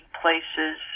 places